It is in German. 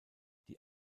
die